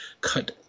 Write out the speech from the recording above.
cut